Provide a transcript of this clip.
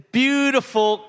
beautiful